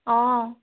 অঁ